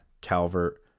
Calvert